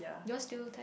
you all still tag